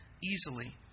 easily